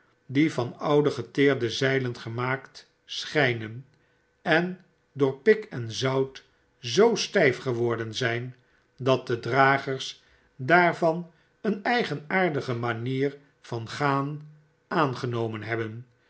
die van oude geteerde zeilen gemaakt schynen en door pik enzout zoostyf geworden zfln dat de dragers daarvan een eigenaardige manier van gaan aangenomen hebben